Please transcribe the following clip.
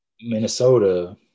Minnesota